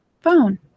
phone